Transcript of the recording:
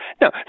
no